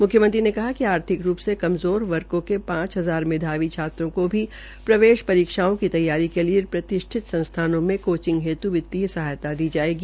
मुख्यमंत्री ने कहा कि आर्थिक रूप से कमज़ोर वर्गो के पांच हजार मेघावी छात्रों को भी प्रदेश परीक्षाओं की तैयारी के लिए प्रतिष्ठित संस्थानों में कोचिंग हेतु वितीय सहायता दी जायेगी